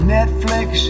Netflix